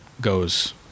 goes